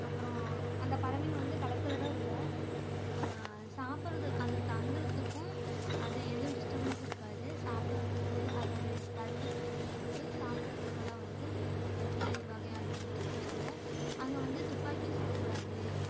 அப்புறம் அந்த பறவைங்கள் வந்து கலர் கலராக இருக்கும் சாப்பிட்றது அது தங்கிறதுக்கும் அது எதுவும் டிஸ்டர்பன்ஸ் இருக்காது சாப்பிட்றத்துக்கு அதோடைய தண்ணி குடிக்கிறதுக்கு சாப்பிட்றதுக்குலாம் வந்து எந்த வகையான டிஸ்டர்பன்ஸும் இல்லை அங்கே வந்து துப்பாக்கி சுடக்கூடாது